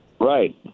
Right